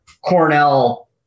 Cornell